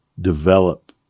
develop